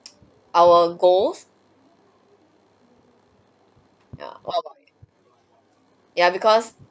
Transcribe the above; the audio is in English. our goals yeah what about you ya because